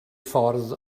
ffordd